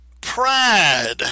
pride